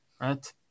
right